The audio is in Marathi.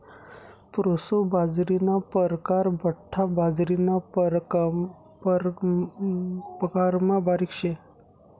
प्रोसो बाजरीना परकार बठ्ठा बाजरीना प्रकारमा बारीक शे